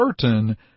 certain